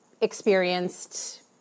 experienced